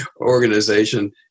organization